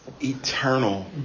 eternal